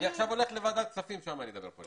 אני עכשיו הולך לוועדת כספים ושם אני אדבר.